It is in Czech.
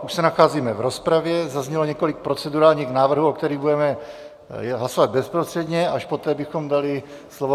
Už se nacházíme v rozpravě, zaznělo několik procedurálních návrhů, o kterých budeme hlasovat bezprostředně, až poté bychom dali slovo.